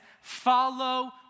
follow